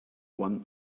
one